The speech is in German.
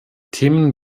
themen